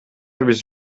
биз